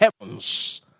heavens